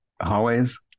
Hallways